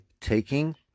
taking